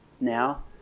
now